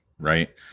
Right